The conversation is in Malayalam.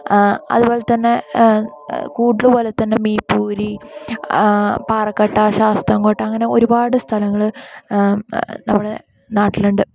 അതുപോലെതന്നെ കൂടൽ പോലെത്തന്നെ മീപ്പൊലി പാറക്കാട്ട ശാസ്താംകോട്ട അങ്ങനെ ഒരുപാട് സ്ഥലങ്ങൾ നമ്മുടെ നാട്ടിലുണ്ട്